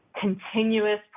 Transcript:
continuous